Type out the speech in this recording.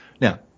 now